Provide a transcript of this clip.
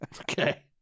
Okay